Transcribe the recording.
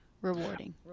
Rewarding